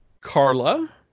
Carla